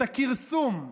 את הכרסום,